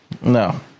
No